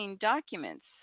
documents